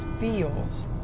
feels